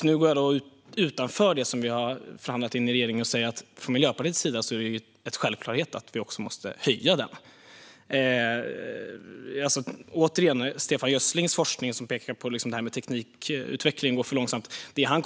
Nu går jag utanför det som vi har förhandlat om i regeringen: För oss från Miljöpartiets sida är det en självklarhet att vi också måste höja den. Stefan Gösslings forskning pekar på att teknikutvecklingen går för långsamt.